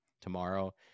tomorrow